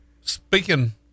Speaking